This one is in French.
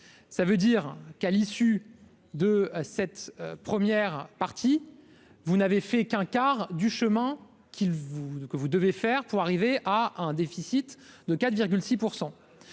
ça veut dire qu'à l'issue de cette première partie, vous n'avez fait qu'un quart du chemin qu'il vous que vous devez faire pour arriver à un déficit de 4,6